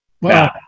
Wow